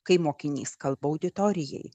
kai mokinys kalba auditorijai